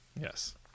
yes